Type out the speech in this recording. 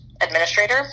administrator